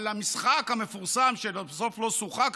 על המשחק המפורסם שבסוף לא שוחק,